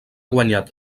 guanyat